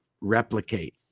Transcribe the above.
replicate